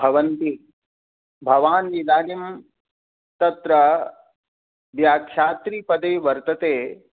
भवन्ति भवान् इदानीं तत्र व्याख्यात्रीपदे वर्तते